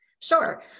Sure